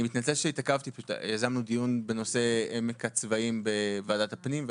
מתנצל שהתעכבתי יזמנו דיון בנושא עמק הצבאים בוועדת הפנים,